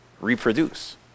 reproduce